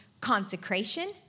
consecration